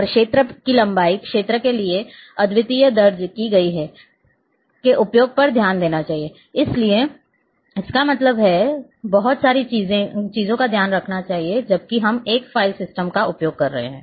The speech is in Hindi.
और क्षेत्र की लंबाई और क्षेत्र के लिए अद्वितीय दर्ज की गई के उपयोग पर ध्यान इसका मतलब है बहुत सारी चीजों का ध्यान रखना चाहिए जबकि हम एक फाइल सिस्टम का उपयोग कर रहे हैं